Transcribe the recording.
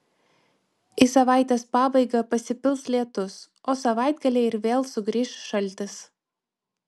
į savaitės pabaigą pasipils lietus o savaitgalį ir vėl sugrįš šaltis